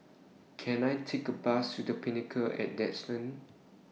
Can I Take A Bus to The Pinnacle At Duxton